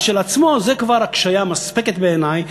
כשלעצמה זו כבר הקשיה מספקת בעיני,